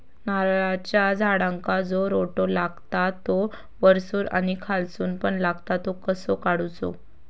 नारळाच्या झाडांका जो रोटो लागता तो वर्सून आणि खालसून पण लागता तो कसो काडूचो?